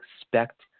expect